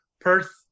Perth